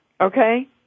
Okay